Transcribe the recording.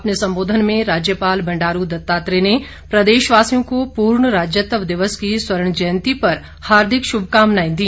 अपने संबोधन में राज्यपाल बंडारू दत्तात्रेय ने प्रदेशवासियों को पूर्ण राज्यत्व दिवस की स्वर्ण जयंती पर हार्दिक शुभकामनाएं दी